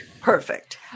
Perfect